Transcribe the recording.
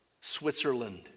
Switzerland